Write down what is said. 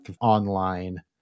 online